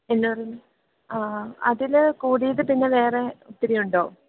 എന്ന് പറഞ്ഞ് ആഹ് അതിൽ കൂടിയത് പിന്നെ വേറെ ഒത്തിരിയുണ്ടോ